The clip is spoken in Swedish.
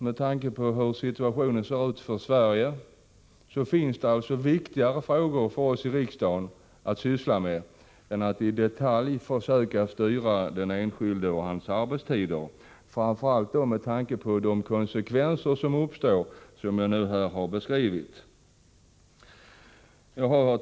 Med tanke på hur läget ser ut för Sverige finns det viktigare frågor för oss i riksdagen att syssla med än att i detalj försöka styra den enskilde och hans arbetstider, framför allt med hänsyn till de konsekvenser som uppstår och som jag här har redogjort för.